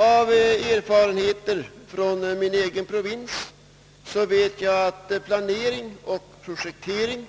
Av erfarenheter från min egen provins vet jag att planering och projektering